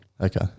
Okay